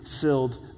filled